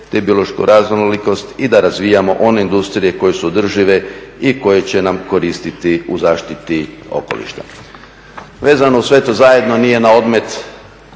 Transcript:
te biološku raznolikost i da razvijamo one industrije koje su održive i koje će nam koristiti u zaštiti okoliša. Vezano uz sve to zajedno nije na odmet